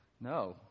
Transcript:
No